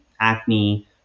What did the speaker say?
acne